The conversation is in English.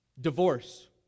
Divorce